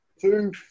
two